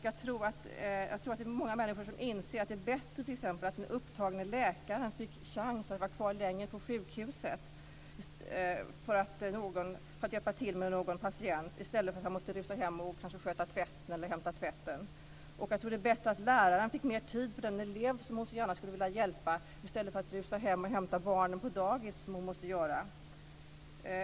Jag tror att många människor inser att det är bättre t.ex. att en upptagen läkare fick chans att vara kvar länge på sjukhuset för att hjälpa till med någon patient i stället för att rusa hem och kanske sköta tvätten eller hämta tvätten. Och jag tror att det vore bättre att lärarna fick mera tid med den elev som de så gärna skulle vilja hjälpa i stället för att rusa hem och hämta barnen på dagis, som de måste göra.